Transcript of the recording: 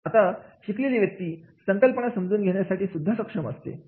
आता शिकलेली व्यक्ती संकल्पना समजून घेण्यासाठी सुद्धा सक्षम होईल